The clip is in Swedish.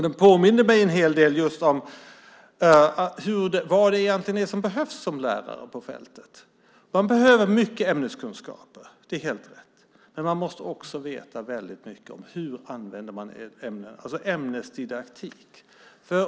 Den påminde en hel del just om vad det är som en lärare på fältet egentligen behöver. Man behöver mycket ämneskunskaper - det är helt rätt - men man måste också veta väldigt mycket om hur man använder ett ämne, ämnesdidaktik.